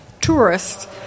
tourists